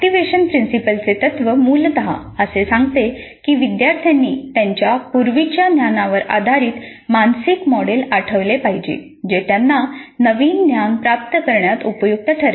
activation principle चे तत्व मूलत असे सांगते की विद्यार्थ्यांनी त्यांच्या पूर्वीच्या ज्ञानावर आधारित मानसिक मॉडेल आठवले पाहिजे जे त्यांना नवीन ज्ञान प्राप्त करण्यात उपयुक्त ठरेल